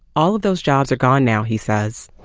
all of those jobs are gone now, he said.